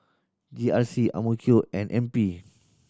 G R C and N P